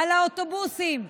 על האוטובוסים.